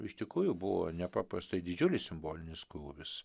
iš tikrųjų buvo nepaprastai didžiulis simbolinis krūvis